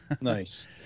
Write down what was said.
Nice